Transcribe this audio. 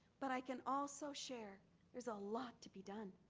but i can also share there's a lot to be done.